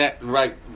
right